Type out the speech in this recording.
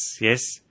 yes